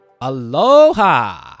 Aloha